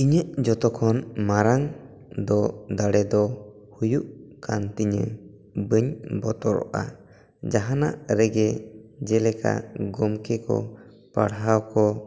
ᱤᱧᱟᱹᱜ ᱡᱚᱛᱚ ᱠᱷᱚᱱ ᱢᱟᱨᱟᱝ ᱫᱚ ᱫᱟᱲᱮ ᱫᱚ ᱦᱩᱭᱩᱜ ᱠᱟᱱ ᱛᱤᱧᱟᱹ ᱵᱟᱹᱧ ᱵᱚᱛᱚᱨᱚᱜᱼᱟ ᱡᱟᱦᱟᱱᱟᱜ ᱨᱮᱜᱮ ᱡᱮᱞᱮᱠᱟ ᱜᱚᱢᱠᱮ ᱠᱚ ᱯᱟᱲᱦᱟᱣ ᱠᱚ